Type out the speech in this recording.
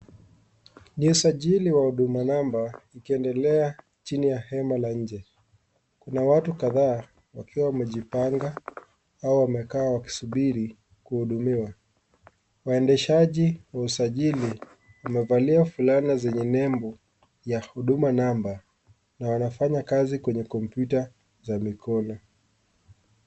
Ni usajili wa huduma namba ikiendelea chini ya hema la nje, kuna watu kadhaa wakiwa wamejipanga au wamekaa wakisubiri kuhudumiwa waendeshaji wa usajili wamevalia fulana zenye nembo ya huduma namba na wanafanyakazi kwenye kompyuta za mikono.